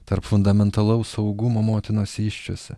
tarp fundamentalaus saugumo motinos įsčiose